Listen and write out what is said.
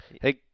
Hey